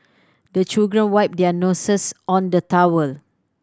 the children wipe their noses on the towel